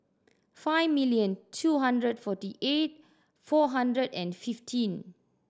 five million two hundred forty eight four hundred and fifteen